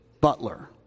butler